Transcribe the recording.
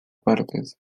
partes